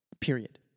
Period